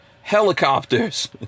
helicopters